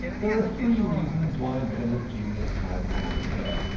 there are three reasons why men of genius have long hair.